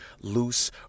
loose